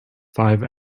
five